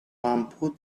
lampu